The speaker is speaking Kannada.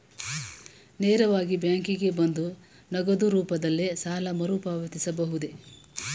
ನೇರವಾಗಿ ಬ್ಯಾಂಕಿಗೆ ಬಂದು ನಗದು ರೂಪದಲ್ಲೇ ಸಾಲ ಮರುಪಾವತಿಸಬಹುದೇ?